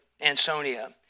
Ansonia